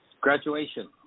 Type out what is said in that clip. Graduation